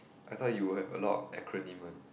I thought you would have a lot of acronym one